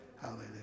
Hallelujah